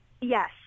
Yes